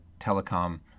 telecom